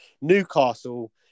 Newcastle